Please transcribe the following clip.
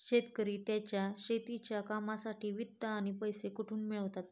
शेतकरी त्यांच्या शेतीच्या कामांसाठी वित्त किंवा पैसा कुठून मिळवतात?